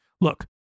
Look